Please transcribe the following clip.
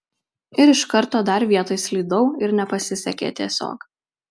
ir iš karto dar vietoj slydau ir nepasisekė tiesiog